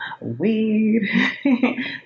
weed